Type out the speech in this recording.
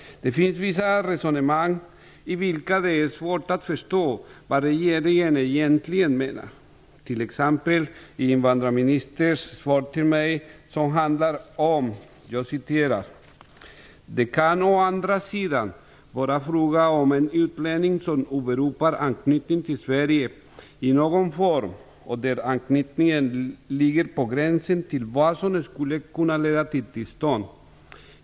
Det finns vissa resonemang där det är svårt att förstå vad regeringen egentligen menar. I invandrarministerns svar till mig anförs t.ex. följande: "Det kan å andra sidan vara fråga om en utlänning som åberopar anknytning till Sverige i någon form och där anknytningen ligger på gränsen till vad som skulle kunna leda till tillstånd.